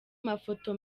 mafoto